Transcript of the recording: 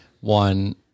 One